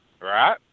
Right